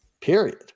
Period